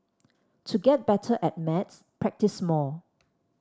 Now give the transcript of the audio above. to get better at maths practise more